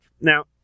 Now